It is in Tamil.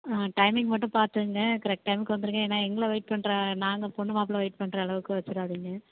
டைம்மிங் மட்டும் பார்த்துங்க கரெக்ட் டைம்க்கு வந்துடுங்க ஏன்னால் எங்களை வெயிட் பண்ணுற நாங்கள் பெண்ணு மாப்ளை வெயிட் பண்ணுற அளவுக்கு வச்சுக்காதிங்க